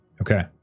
Okay